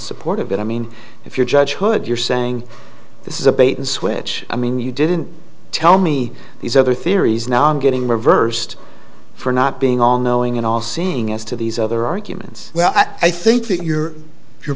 support of it i mean if you're judge hood you're saying this is a bait and switch i mean you didn't tell me these other theories now i'm getting reversed for not being all knowing and all seeing as to these other arguments well i think that your your